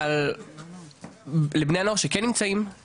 אבל לבני הנוער שכן נמצאים,